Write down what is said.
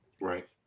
Right